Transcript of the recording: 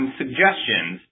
suggestions